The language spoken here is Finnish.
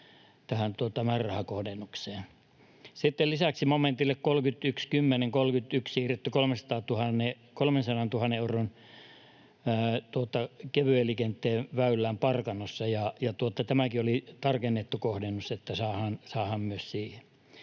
tähän määrärahakohdennukseen. Sitten lisäksi on momentille 31.10.31 siirretty 300 000 euroa kevyen liikenteen väylään Parkanossa. Tämäkin oli tarkennettu kohdennus, että saadaan myös siihen.